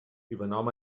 übernahm